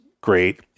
great